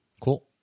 Cool